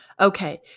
Okay